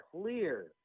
clear